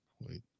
wait